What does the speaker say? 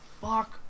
fuck